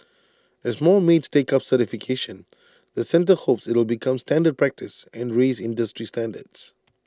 as more maids take up certification the centre hopes IT will become standard practice and raise industry standards